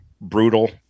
brutal